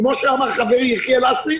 כפי שאמר חברי יחיאל לסרי,